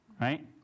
Right